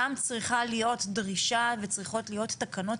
שם צריכה להיות דרישה וצריכות להיות תקנות